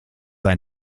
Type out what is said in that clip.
ein